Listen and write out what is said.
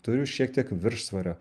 turiu šiek tiek viršsvorio